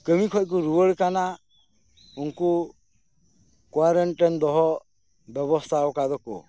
ᱠᱟᱹᱢᱤ ᱠᱷᱚᱱ ᱠᱚ ᱨᱩᱣᱟᱹᱲ ᱠᱟᱱᱟ ᱩᱱᱠᱩ ᱠᱳᱣᱟᱨᱮᱱᱴᱟᱭᱤᱱ ᱨᱮ ᱫᱚᱦᱚ ᱵᱮᱵᱚᱥᱛᱷᱟ ᱟᱠᱟᱫᱟ ᱠᱚ